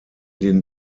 den